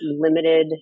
limited